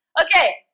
Okay